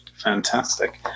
Fantastic